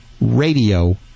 RADIO